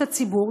את הציבור,